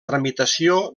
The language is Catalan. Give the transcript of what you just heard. tramitació